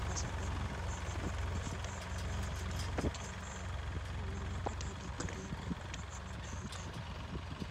kwa sababu unaweza pata mafuta ya maziwa ili kupikia nayo. Unaweza pata hadi krimu kutokana na hii kampuni.